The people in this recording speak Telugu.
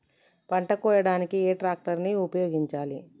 పంట కోయడానికి ఏ ట్రాక్టర్ ని ఉపయోగించాలి?